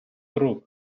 рук